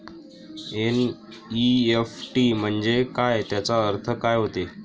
NEFT म्हंजे काय, त्याचा अर्थ काय होते?